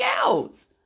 else